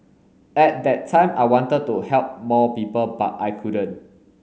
at that time I wanted to help more people but I couldn't